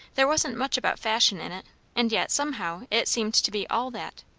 there wasn't much about fashion in it and yet, somehow it seemed to be all that.